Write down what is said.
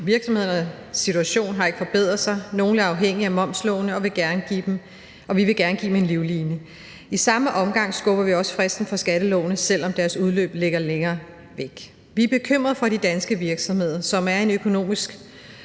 Virksomhedernes situation har ikke forbedret sig. Nogle er afhængige af momslånene, og vi vil gerne give dem en livline. I samme omgang skubber vi også fristen for skattelånene, selv om deres udløb ligger længere væk. Vi er bekymrede for de danske virksomheder, som har økonomiske